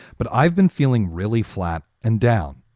but i've been feeling really flat and down.